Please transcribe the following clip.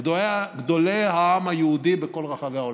יש את באבי יאר בקייב.